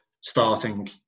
starting